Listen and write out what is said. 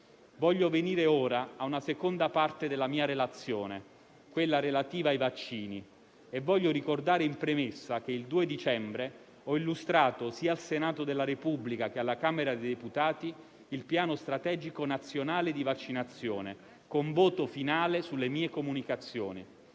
Voglio venire ora alla seconda parte della mia relazione, quella relativa ai vaccini, e voglio ricordare in premessa che il 2 dicembre ho illustrato, sia al Senato della Repubblica che alla Camera dei deputati, il Piano strategico nazionale di vaccinazione, con voto finale sulle mie comunicazioni.